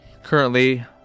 Currently